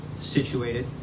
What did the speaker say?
situated